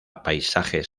paisajes